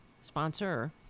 sponsor